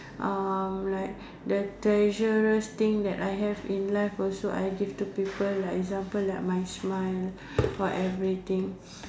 uh like the treasures thing that I have in life also I give to people like example like my smile or everything